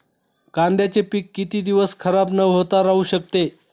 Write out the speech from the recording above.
कांद्याचे पीक किती दिवस खराब न होता राहू शकते?